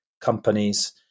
companies